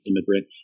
immigrant